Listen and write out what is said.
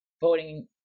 voting